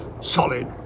solid